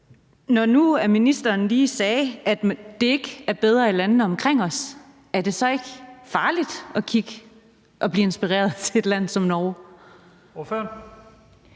Når nu ministeren lige sagde, at det ikke er bedre i landene omkring os, er det så ikke farligt at blive inspireret af et land som Norge? Kl.